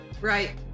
Right